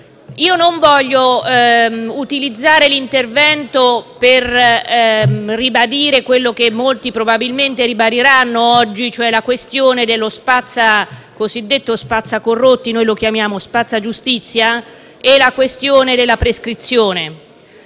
Io non voglio utilizzare il mio intervento per ribadire quello che molti probabilmente ribadiranno oggi, cioè la questione del cosiddetto spazzacorrotti, che noi chiamiamo spazzagiustizia, e la questione della prescrizione.